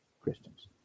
Christians